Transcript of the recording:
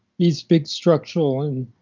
these big structural and